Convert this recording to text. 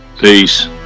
Peace